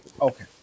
Okay